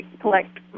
collect